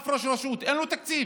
אף ראש רשות, אין לו תקציב,